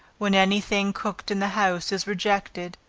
when any thing cooked in the house is rejected.